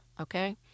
Okay